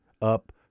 Up